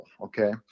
okay